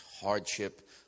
Hardship